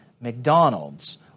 McDonald's